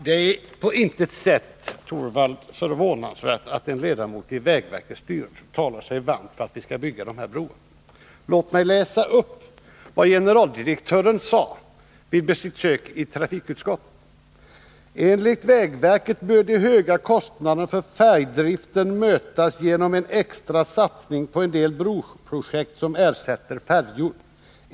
Herr talman! Det är, Rune Torwald, på intet sätt förvånansvärt att en ledamot av vägverkets styrelse talar sig varm för att vi skall bygga de här broarna. Låt mig läsa upp vad generaldirektören sade vid sitt besök i trafikutskottet: ”Enligt vägverket bör de höga kostnaderna för färjdriften mötas genom en extra satsning på en del broprojekt, som ersätter färjor.